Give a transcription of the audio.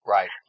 Right